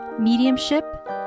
mediumship